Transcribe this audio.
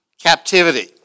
captivity